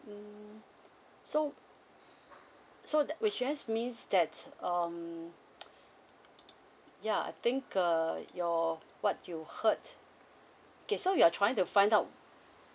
mm so so that which means that um ya I think uh your what you hurt okay so you are trying to find out